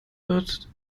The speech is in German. wird